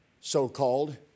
so-called